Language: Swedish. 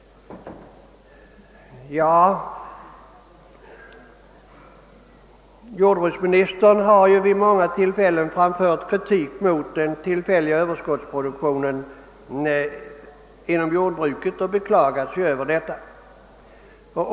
Jordbruksministern har vid många tillfällen framfört kritik mot den tillfälliga överskottsproduktionen inom jordbruket och beklagat sig över denna.